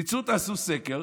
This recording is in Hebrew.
תצאו ותעשו סקר.